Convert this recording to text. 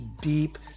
deep